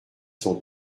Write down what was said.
sont